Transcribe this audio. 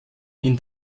ihn